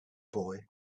boy